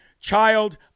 child